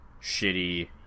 shitty